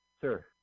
Sir